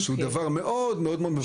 שהוא דבר מאד מאד מבורך.